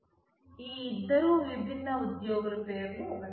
ఈ ఇద్దరు విభిన్న ఉద్యోగుల పేర్లు ఒకటే